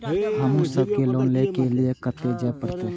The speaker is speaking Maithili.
हमू सब के लोन ले के लीऐ कते जा परतें?